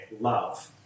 love